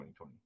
2020